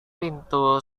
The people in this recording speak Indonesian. pintu